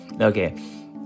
okay